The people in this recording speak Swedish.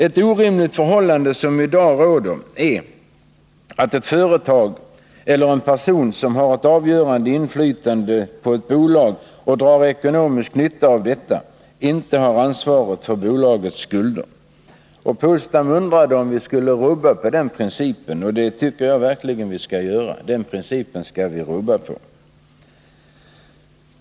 Ett orimligt förhållande som i dag råder är att ett företag eller en person som har ett avgörande inflytande på ett bolag och drar ekonomisk nytta av detta inte har ansvar för bolagets skulder. Åke Polstam undrade om vi skulle rubba på den principen. Det tycker jag verkligen att vi skall göra.